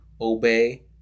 obey